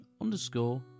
underscore